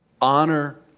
Honor